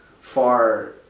far